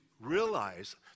realize